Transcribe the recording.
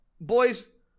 boys